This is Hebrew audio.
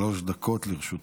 בבקשה, שלוש דקות לרשותך.